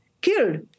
killed